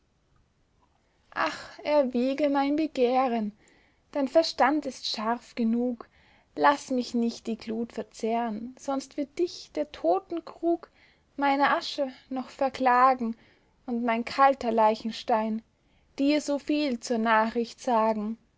ach erwäge mein begehren dein verstand ist scharf genug laß mich nicht die glut verzehren sonst wird dich der totenkrug meiner asche noch verklagen und mein kalter leichenstein dir so viel zur nachricht sagen